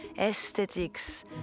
aesthetics